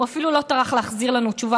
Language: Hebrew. הוא אפילו לא טרח להחזיר לנו תשובה.